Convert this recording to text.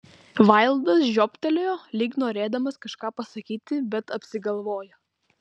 vaildas žiobtelėjo lyg norėdamas kažką pasakyti bet apsigalvojo